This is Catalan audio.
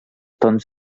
tons